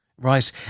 Right